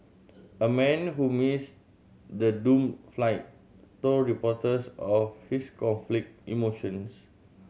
a man who missed the doomed flight told reporters of his conflict emotions